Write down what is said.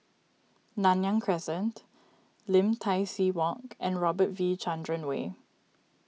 Nanyang Crescent Lim Tai See Walk and Robert V Chandran Way